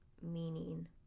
meaning